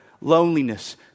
loneliness